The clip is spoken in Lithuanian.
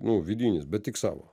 nu vidinis bet tik savo